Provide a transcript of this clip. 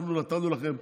אנחנו נתנו לכם,